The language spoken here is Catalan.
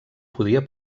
podia